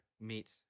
meet